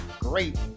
great